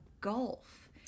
golf